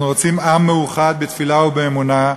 אנחנו רוצים עם מאוחד בתפילה ובאמונה.